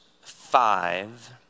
five